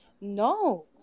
no